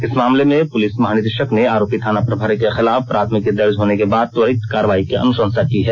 इस मामले में पुलिस महानिदेशक ने आरोपी थाना प्रभारी के खिलाफ प्राथमिकी दर्ज होने के बाद त्वरित कार्रवाई की अनुशंसा की है